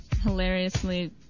hilariously